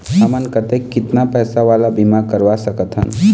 हमन कतेक कितना पैसा वाला बीमा करवा सकथन?